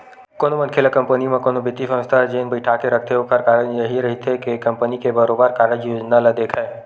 कोनो मनखे ल कंपनी म कोनो बित्तीय संस्था ह जेन बइठाके रखथे ओखर कारन यहीं रहिथे के कंपनी के बरोबर कारज योजना ल देखय